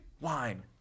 wine